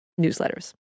newsletters